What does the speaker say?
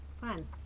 fun